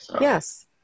Yes